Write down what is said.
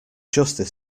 justice